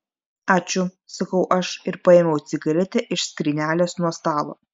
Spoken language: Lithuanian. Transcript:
ačiū sakau aš ir paėmiau cigaretę iš skrynelės nuo stalo